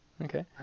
Okay